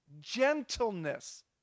gentleness